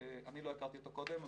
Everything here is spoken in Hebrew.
אני לא הכרתי אותו קודם,